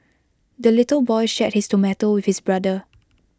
the little boy shared his tomato with his brother